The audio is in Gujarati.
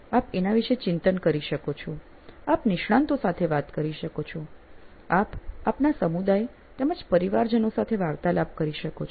આપ એના વિષે ચિંતન કરી શકો છો આપ નિષ્ણાંતો સાથે વાત કરી શકો છો આપ આપના સમુદાય તેમજ પરિવારજનો સાથે વાર્તાલાપ કરી શકો છો